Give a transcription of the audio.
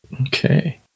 Okay